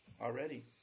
already